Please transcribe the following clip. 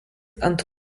ant